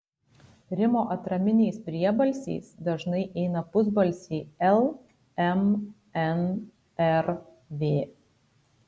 rimo atraminiais priebalsiais dažnai eina pusbalsiai l m n r v